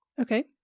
Okay